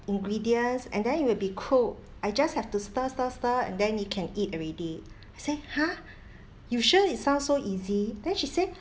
ingredients and then it will be cooked I just have to stir stir stir and then it can eat already I say !huh! you sure it sounds so easy then she said